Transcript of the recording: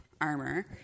armor